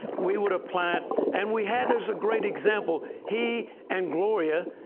we would apply it. and we had, as a great example, he and gloria.